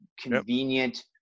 convenient